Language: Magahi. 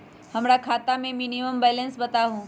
हमरा खाता में मिनिमम बैलेंस बताहु?